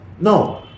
no